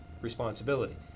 responsibility